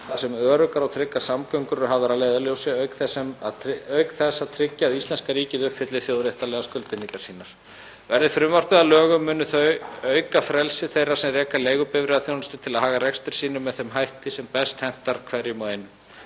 þar sem öruggar og tryggar samgöngur eru hafðar að leiðarljósi auk þess að tryggja að íslenska ríkið uppfylli þjóðréttarlegar skuldbindingar sínar. Verði frumvarpið að lögum mun það auka frelsi þeirra sem reka leigubifreiðaþjónustu til að haga rekstri sínum með þeim hætti sem best hentar hverjum og einum.